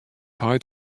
heit